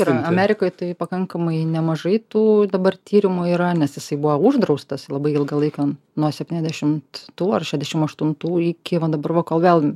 ir amerikoj tai pakankamai nemažai tų dabar tyrimų yra nes jisai buvo uždraustas labai ilgą laiką nuo septyniasdešimt tų ar šešiasdešim aštuntų iki va dabar va kol vėl